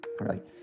right